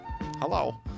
hello